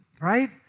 right